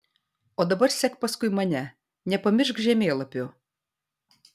o dabar sek paskui mane nepamiršk žemėlapių